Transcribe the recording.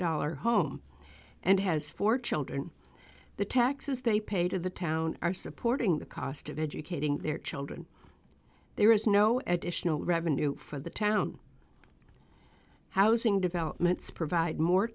dollar home and has four children the taxes they pay to the town are supporting the cost of educating their children there is no additional revenue for the town housing developments provide more